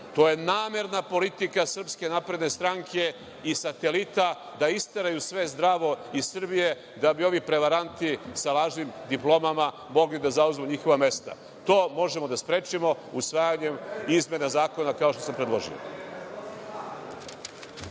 to je namerna politika SNS i Satelita da isteraju sve zdravo iz Srbije da bi ovi prevaranti sa lažnim diplomama mogli da zauzmu njihova mesta. To možemo da sprečimo usvajanjem izmena zakona, kao što sam predložio.